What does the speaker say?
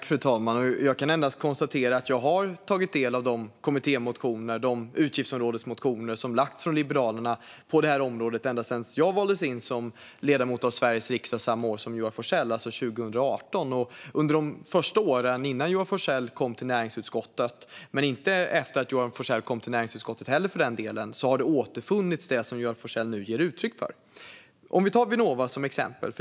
Fru talman! Jag kan endast konstatera att jag har tagit del av de kommittémotioner och utgiftsområdesmotioner som Liberalerna har haft på detta område ända sedan jag valdes in som ledamot av Sveriges riksdag samma år som Joar Forssell, alltså 2018. Under de första åren, innan Joar Forssell kom till näringsutskottet, har det som Joar Forssell nu ger uttryck för inte återfunnits och heller inte efter att Joar Forssell kom till näringsutskottet, för den delen. Vi kan ta Vinnova som exempel.